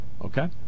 okay